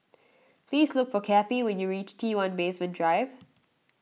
please look for Cappie when you reach T one Basement Drive